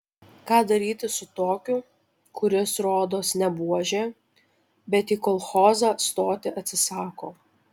ką daryti su tokiu kuris rodos ne buožė bet į kolchozą stoti atsisako